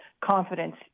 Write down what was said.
confidence